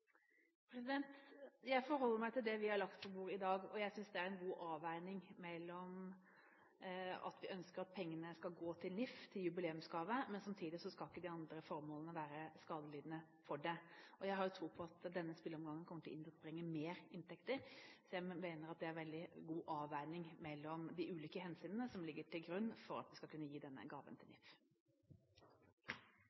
Jeg forholder meg til det vi har lagt på bordet i dag. Jeg synes det er en god avveining mellom det at vi ønsker at pengene skal gå til NIF, til en jubileumsgave, samtidig som de andre formålene ikke skal være skadelidende. Jeg har tro på at denne spilleomgangen kommer til å innbringe mer inntekter, så jeg mener at det er en veldig god avveining mellom de ulike hensynene som ligger til grunn for at vi skal kunne gi denne gaven til